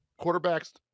quarterbacks